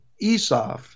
Esau